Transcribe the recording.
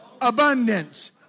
Abundance